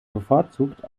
bevorzugt